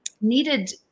needed